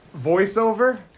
voiceover